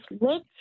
look